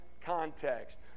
context